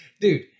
Dude